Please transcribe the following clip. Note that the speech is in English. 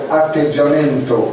atteggiamento